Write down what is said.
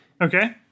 okay